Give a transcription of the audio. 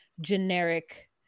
generic